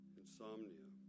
insomnia